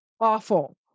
awful